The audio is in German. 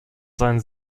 seinen